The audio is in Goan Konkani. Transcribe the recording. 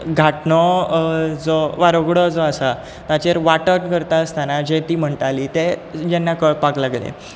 घाटणो जो वा रगडो जो आसा ताचेर वांटण करता आसताना जे ती म्हणटाली तें जेन्ना कळपाक लागलें